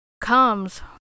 comes